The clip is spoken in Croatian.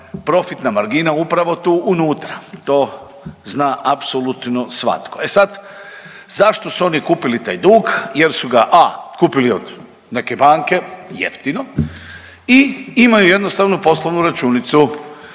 profina margina upravo tu unutra, to zna apsolutno svatko. E sad, zašto su oni kupili taj dug jer su ga a) kupili od neke banke jeftino i imaju jednostavnu poslovnu računicu,